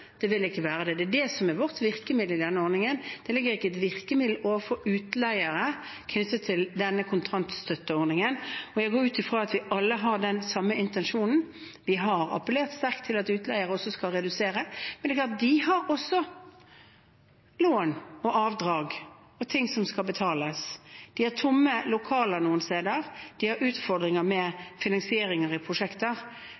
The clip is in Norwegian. Det er det som er vårt virkemiddel i denne ordningen. Det ligger ikke et virkemiddel overfor utleiere knyttet til denne kontantstøtteordningen. Jeg går ut fra at vi alle har den samme intensjonen. Vi har appellert sterkt til at utleiere skal redusere, men de har også lån og avdrag og ting som skal betales. De har tomme lokaler noen steder, og de har utfordringer